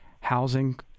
housing